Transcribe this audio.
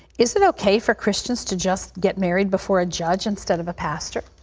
is it okay for christians to just get married before a judge instead of a pastor?